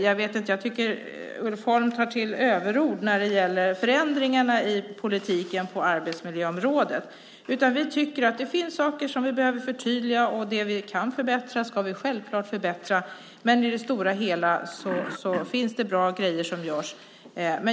Jag tycker att Ulf Holm tar till överord när det gäller förändringarna i politiken på arbetsmiljöområdet. Vi tycker att det finns saker som vi behöver förtydliga. Det vi kan förbättra ska vi självklart förbättra, men i det stora hela finns det bra grejer som görs.